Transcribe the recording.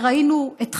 וראינו את חיים,